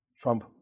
Trump